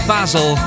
Basil